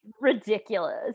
ridiculous